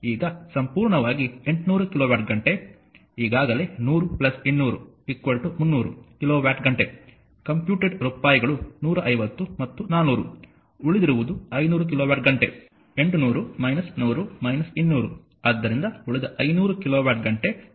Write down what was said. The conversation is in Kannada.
ಈಗ ಸಂಪೂರ್ಣವಾಗಿ 800 ಕಿಲೋವ್ಯಾಟ್ ಘಂಟೆ ಈಗಾಗಲೇ 100 200 300 ಕಿಲೋವ್ಯಾಟ್ ಘಂಟೆ ಕಂಪ್ಯೂಟೆಡ್ ರೂಪಾಯಿಗಳು 150 ಮತ್ತು 400 ಉಳಿದಿರುವುದು 500 ಕಿಲೋವ್ಯಾಟ್ ಘಂಟೆ 800 100 200 ಆದ್ದರಿಂದ ಉಳಿದ 500 ಕಿಲೋವ್ಯಾಟ್ ಘಂಟೆ 2